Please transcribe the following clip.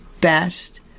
best